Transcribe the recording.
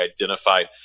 identified